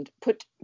put